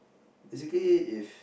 basically if